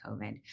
COVID